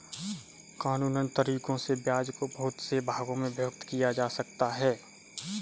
कानूनन तरीकों से ब्याज को बहुत से भागों में विभक्त किया जा सकता है